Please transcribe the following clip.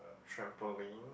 trampoline